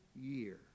year